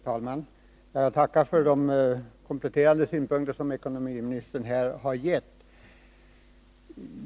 Herr talman! Jag tackar för de kompletterande synpunkter som ekonomiministern här har gett.